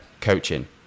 coaching